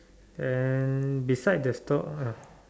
then beside the store uh